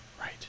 Right